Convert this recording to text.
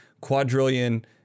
quadrillion